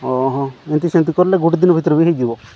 ଓ ହୋ ଏମିତି ସେମିତି କଲେ ଗୋଟେ ଦିନ ଭିତରେ ବି ହୋଇଯିବ